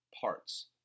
parts